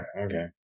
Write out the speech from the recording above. okay